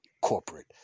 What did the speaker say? corporate